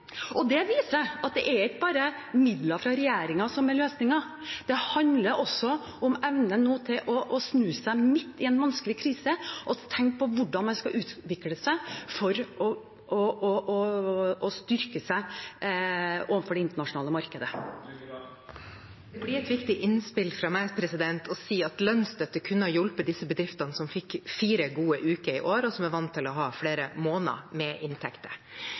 Det viser at det ikke bare er midler fra regjeringen som er løsningen. Det handler også om evne til å snu seg midt i en vanskelig krise og tenke på hvordan man skal utvikle seg for å styrke seg overfor det internasjonale markedet. Det blir et viktig innspill fra meg å si at lønnsstøtte kunne ha hjulpet disse bedriftene som fikk fire gode uker i år, og som er vant til å ha flere måneder med inntekter.